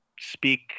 speak